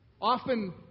Often